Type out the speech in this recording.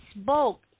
spoke